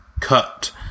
cut